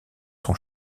son